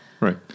right